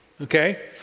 Okay